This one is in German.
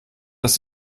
dass